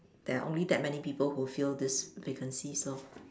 there are only that many people who fill these vacancies lor